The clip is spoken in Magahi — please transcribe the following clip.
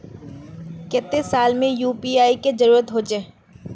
केते साल में यु.पी.आई के जरुरत होचे?